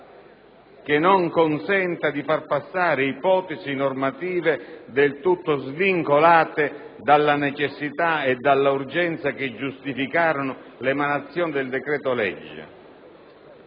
che non consenta di far passare ipotesi normative del tutto svincolate dalla necessità e dall'urgenza che giustificarono l'emanazione del decreto-legge.